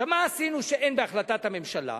עכשיו, מה עשינו שאין בהחלטת הממשלה